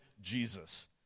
jesus